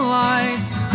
lights